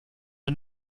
and